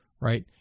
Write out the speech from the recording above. right